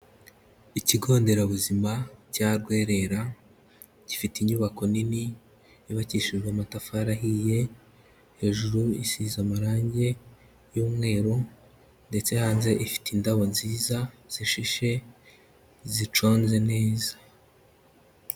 Ikigo nderabuzima cya Rwerera, gifite inyubako nini yubakishijwe amatafari ahiye, hejuru isize amarange y'umweru ndetse hanze ifite indabo nziza zishishe, ziconze neza.